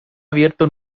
abierto